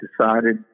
decided